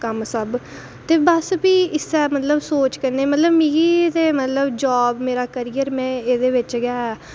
कम्म सब बस भी इ'यै अग्गें सोच कन्नै मिगी ते मतलब मेरा जॉब ते करियर में एह्दे बिच गै